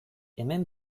hemen